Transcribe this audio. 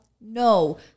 no